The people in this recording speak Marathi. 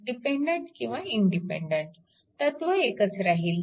डिपेन्डन्ट किंवा इंडिपेन्डन्ट तत्व एकच राहील